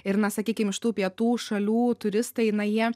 ir na sakykim iš tų pietų šalių turistai na jie